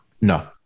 No